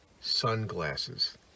sunglasses